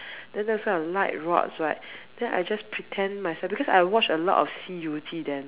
then those kind of light rods right then I just pretend myself because I watch a lot of 西游记 then